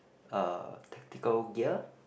uh tactical gear